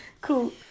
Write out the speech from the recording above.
Cool